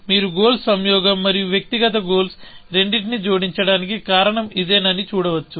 మీరు గోల్స్ సంయోగం మరియు వ్యక్తిగత గోల్స్ రెండింటినీ జోడించడానికి కారణం ఇదేనని చూడవచ్చు